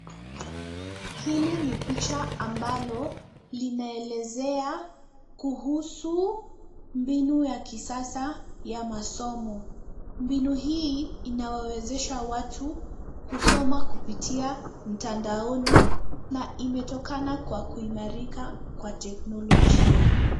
Hili ni picha ambalo linaelezea kuhusu, mbinu ya kisasa ya masomo. Mbinu hii inawawezesha watu, kusoma kupitia mtandaoni, na imetokana kwa kuimarika kwa teknolojia.